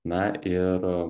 na ir